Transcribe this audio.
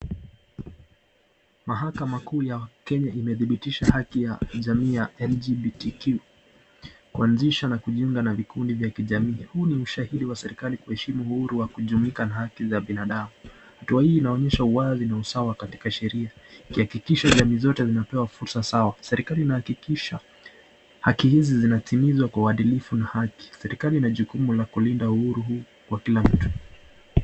Mahakama kuu ya Kenya imedhibitisha haki ya jamii ya LGBTQ kuanzisha na kujiunga na vikundi vya kijamii. Huu ni ushahidi wa serikali kuheshimu uhuru wa kujumuika na haki za binadamu. Hatua hii inaonyesha uwazi na usawa katika sheria. Kihakikisho jamii zote zinapewa fursa sawa. Serikali inahakikisha haki hizi zinatimizwa kwa uadilifu na haki. Serikali ina jukuma la kulinda uhuru wa kila mtu.